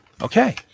Okay